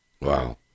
Wow